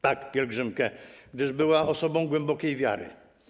Tak, pielgrzymkę, gdyż była osobą głębokiej wiary.